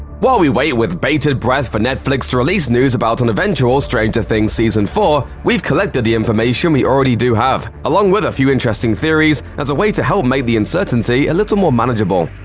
while we wait with bated breath for netflix to release news about an eventual stranger things season four, we've collected the information we already do have, along with a few interesting theories, as a way to help make the uncertainty a little more manageable.